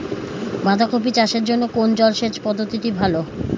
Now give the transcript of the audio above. বাঁধাকপি চাষের জন্য কোন জলসেচ পদ্ধতিটি ভালো?